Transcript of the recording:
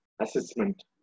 assessment